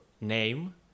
name